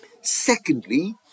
Secondly